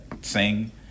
sing